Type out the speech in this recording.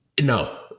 No